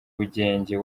bugenge